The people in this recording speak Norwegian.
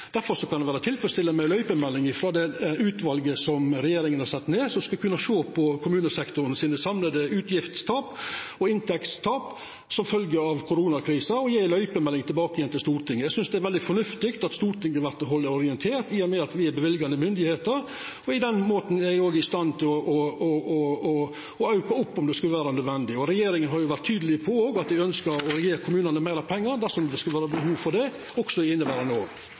kan det vera tilfredsstillande med ei løypemelding frå det utvalet som regjeringa har sett ned, og som skal kunna sjå på dei samla utgiftstapa og inntektstapa til kommunesektoren som følgje av koronakrisa, og gje ei løypemelding tilbake til Stortinget. Eg synest det er veldig fornuftig at Stortinget vert halde orientert, i og med at me er løyvande myndigheit. På den måten er ein òg i stand til å auka, om det skulle vera nødvendig. Regjeringa har òg vore tydeleg på at ho ønskjer å gje kommunane meir pengar dersom det skulle vera behov for det, også i